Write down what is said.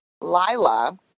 Lila